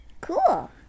Cool